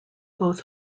both